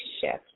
shift